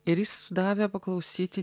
ir jis davė paklausyti